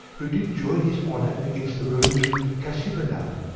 who did join his honour against the romans with cassibelan,